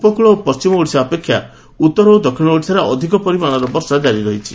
ଉପକୁଳ ଓ ପଣ୍ଟିମ ଓଡ଼ିଶା ଅପେଷା ଉତ୍ତର ଓ ଦକ୍ଷିଣ ଓଡ଼ିଶାରେ ଅଧିକ ପରିମାଣର ବର୍ଷା ଜାରି ରହିଛି